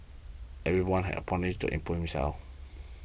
everyone have opportunities to improve himself